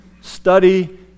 study